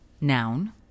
Noun